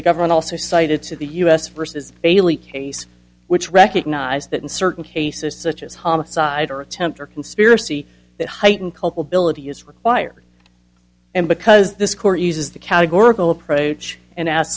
the government also cited to the u s versus bailey case which recognize that in certain cases such as homicide or attempt or conspiracy that heighten culpability is required and because this court uses the categorical approach and a